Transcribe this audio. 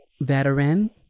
veteran